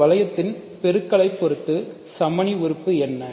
இந்த வளையத்தில் பெருக்களை பொறுத்து சமணி உறுப்பு என்ன